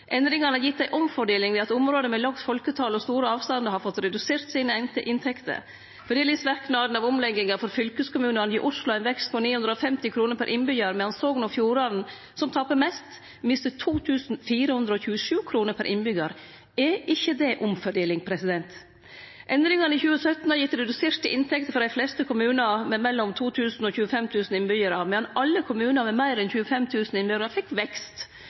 Endringane har gitt ei omfordeling ved at område med lågt folketal og store avstandar har fått inntektene sine reduserte. Fordelingsverknadene av omlegginga for fylkeskommunane er at Oslo får ein vekst på 950 kr per innbyggjar, medan Sogn og Fjordane, som taper mest, mister 2 427 kr per innbyggjar. Er ikkje det ei omfordeling? Endringane i 2017 har gitt reduserte inntekter for dei fleste kommunar med mellom 2 000 og 25 000 innbyggjarar, medan alle kommunar med meir enn 25 000 innbyggjarar fekk vekst.